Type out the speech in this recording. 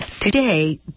Today